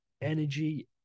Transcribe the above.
energy